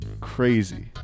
crazy